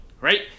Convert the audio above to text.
right